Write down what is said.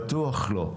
בטוח לא,